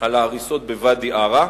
על ההריסות בוואדי-עארה,